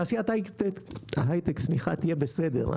תעשיית ההיי-טק תהיה בסדר,